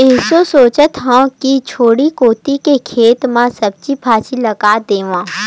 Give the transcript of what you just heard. एसो सोचत हँव कि झोरी कोती के खेत म सब्जी भाजी लगातेंव